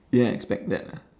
didn't expect that ah